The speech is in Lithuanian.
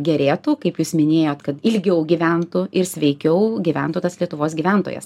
gerėtų kaip jūs minėjot kad ilgiau gyventų ir sveikiau gyventų tas lietuvos gyventojas